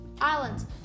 Islands